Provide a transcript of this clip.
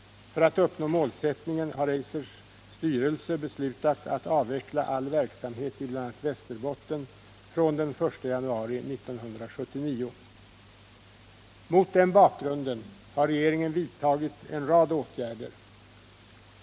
För att uppnå målet har Eisers styrelse 9” beslutat att avveckla all verksamhet i bl.a. Västerbotten från den 1 januari 1979. Mot denna bakgrund har regeringen vidtagit en rad åtgärder.